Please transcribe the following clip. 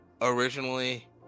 originally